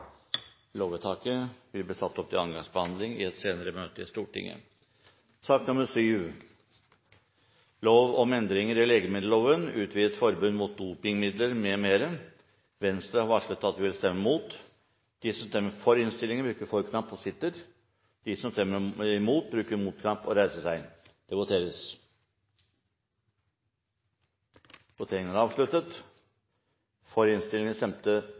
Lovvedtaket vil bli satt opp til annen gangs behandling i et senere møte i Stortinget. Venstre har varslet at de vil stemme imot. Det voteres